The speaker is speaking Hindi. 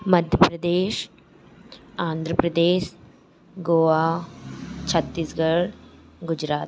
मध्य प्रदेश आन्ध्र प्रदेस गोआ छत्तीसगढ़ गुजरात